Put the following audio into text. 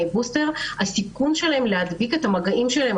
בוסטר הסיכון שלהם להדביק את המגעים שלהם,